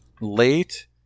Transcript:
late